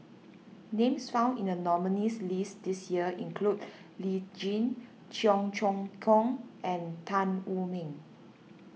names found in the nominees' list this year include Lee Tjin Cheong Choong Kong and Tan Wu Meng